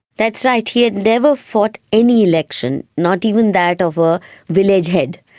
that's right, he had never fought any election, not even that of a village head.